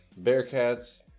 Bearcats